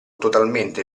totalmente